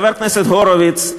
חבר הכנסת הורוביץ,